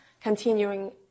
continuing